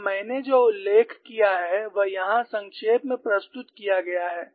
और मैंने जो उल्लेख किया है वह यहाँ संक्षेप में प्रस्तुत किया गया है